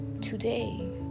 today